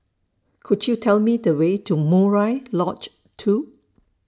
Could YOU Tell Me The Way to Murai Lodge two